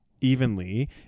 evenly